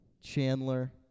Chandler